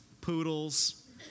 poodles